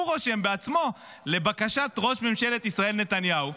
הוא רושם בעצמו: לבקשת ראש ממשלת ישראל נתניהו,